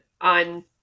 on